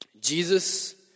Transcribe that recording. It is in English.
Jesus